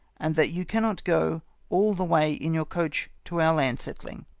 and that you cannot go all the way in your coach to our land settling.